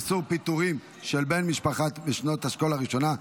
איסור פיטורים של בן משפחה בשנת השכול הראשונה),